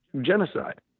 Genocide